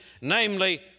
namely